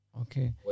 Okay